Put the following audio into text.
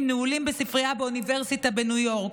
נעולים בספרייה באוניברסיטה בניו יורק,